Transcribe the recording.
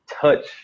touch